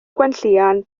gwenllian